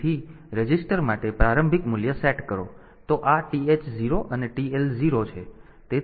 તેથી રજિસ્ટર માટે પ્રારંભિક મૂલ્ય સેટ કરો તો આ TH 0 અને TL 0 છે